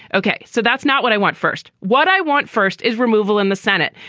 ok. so that's not what i want first. what i want first is removal in the senate.